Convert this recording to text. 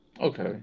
Okay